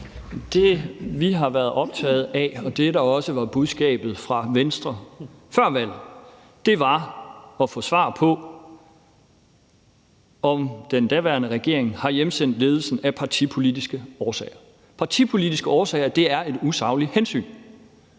Det, vi har været optaget af, og det, der også var budskabet fra Venstre før valget, var at få svar på, om den daværende regering har hjemsendt ledelsen af partipolitiske årsager. Partipolitiske årsager er et usagligt hensyn,